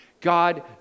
God